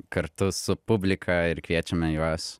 kartu su publika ir kviečiame juos